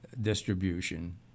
distribution